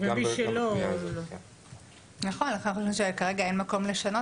לכן אנחנו חושבים שכרגע אין מקום לשנות